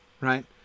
right